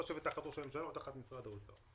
לשבת תחת ראש הממשלה או תחת משרד האוצר.